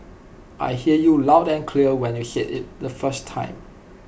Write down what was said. I hear you loud and clear when you said IT the first time